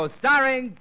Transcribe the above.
starring